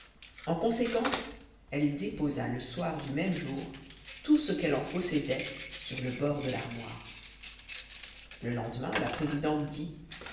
en conséquence elle déposa le soir du même jour tout ce qu'elle en possédait sur le bord de l'armoire le lendemain la présidente dit